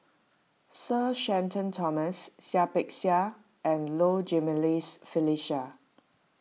Sir Shenton Thomas Seah Peck Seah and Low Jimenez Felicia